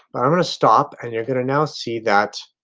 i'm going to stop and you're going to now see that.